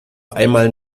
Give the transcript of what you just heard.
einmal